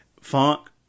funk